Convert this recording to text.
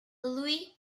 louis